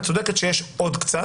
את צודקת שיש עוד קצת,